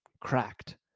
cracked